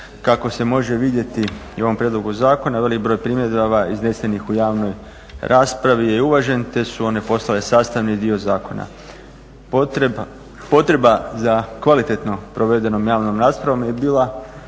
Kako se može vidjeti i u ovom prijedlogu zakona veliki broj primjedaba iznesenih u javnoj raspravi je uvažen te su one postale sastavni dio zakona. Potreba za kvalitetno provedenom javnom raspravom je bila